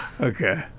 Okay